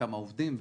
כמה עובדים וכולי.